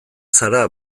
zara